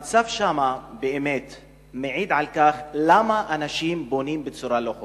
המצב שם באמת מעיד למה אנשים בונים בצורה לא חוקית,